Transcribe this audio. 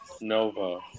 Nova